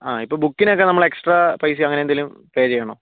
ആ ഇപ്പോൾ ബുക്കിനൊക്കെ നമ്മൾ എക്സ്ട്രാ പൈസ അങ്ങനെ എന്തെങ്കിലും പേ ചെയ്യണോ